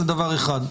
זה דבר אחד,